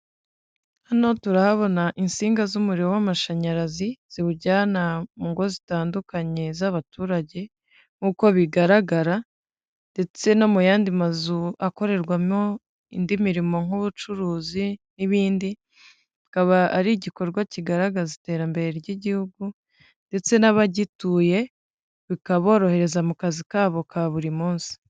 Hano turahabona insinga z'umuriro w'amashanyarazi ziwujyana mu ngo zitandukanye z'abaturage, nk'uko bigaragara ndetse no mu yandi mazu akorerwamo indi mirimo nk'ubucuruzi n'ibindi, kikaba ari igikorwa kigaragaza iterambere ry'igihugu ndetse n'abagituye bikaborohereza mu kazi kabo ka buri munsi.